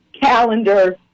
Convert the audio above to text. calendar